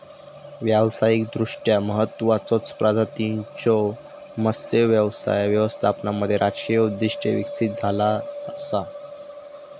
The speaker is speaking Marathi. व्यावसायिकदृष्ट्या महत्त्वाचचो प्रजातींच्यो मत्स्य व्यवसाय व्यवस्थापनामध्ये राजकीय उद्दिष्टे विकसित झाला असा